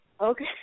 Okay